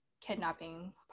kidnapping